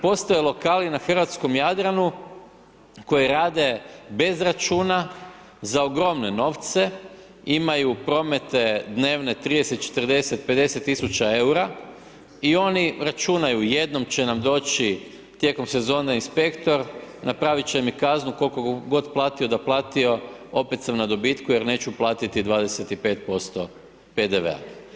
Postoje lokali na hrvatskom Jadranu koji rade bez računa, za ogromne novce, imaju promete dnevne 30, 40, 50 tisuća EUR-a i oni računaju jednom će nam doći tijekom sezone inspektor napravit će mi kaznu, koliko god platio da platio opet sam na dobitku jer neću platiti 25% PDV-a.